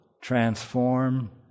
transform